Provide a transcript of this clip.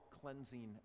cleansing